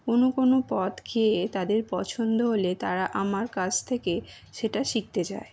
কোনো কোনো পদ খেয়ে তাদের পছন্দ হলে তারা আমার কাছ থেকে সেটা শিখতে চায়